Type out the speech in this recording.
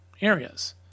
areas